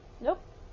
nope